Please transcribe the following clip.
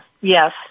Yes